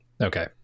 Okay